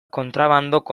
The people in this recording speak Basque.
kontuak